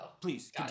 please